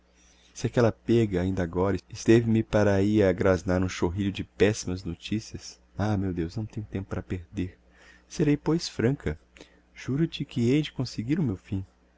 se aquella pêga aindagora esteve me para ahi a grasnar um chorrilho de pessimas noticias ah meu deus não tenho tempo para perder serei pois franca juro-te que hei de conseguir o meu fim